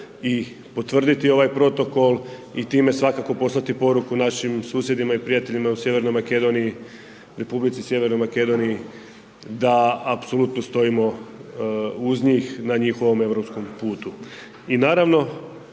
i potvrditi ovaj protokol i time svakako poslati poruku našim susjedima i prijateljima u sjevernoj Makedoniji, Republici sjevernoj Makedoniji da apsolutno stojimo uz njih na njihovom europskom putu.